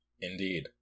Indeed